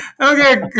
okay